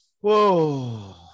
whoa